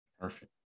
Perfect